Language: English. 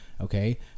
Okay